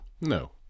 No